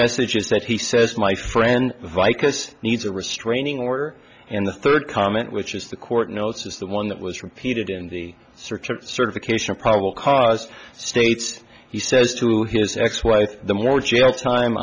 message is that he says my friend vikas needs a restraining order and the third comment which is the court notes is the one that was repeated in the search for certification of probable cause states he says to his ex wife the more jail time